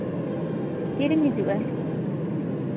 ᱛᱤᱨᱮᱢ ᱦᱤᱡᱩᱜᱼᱟ